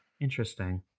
Interesting